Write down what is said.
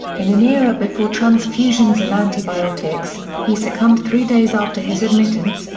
in an era before transfusions and antibiotics, he succumbed three days after his admittance,